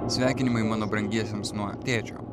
sveikinimai mano brangiesiems nuo tėčio